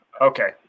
Okay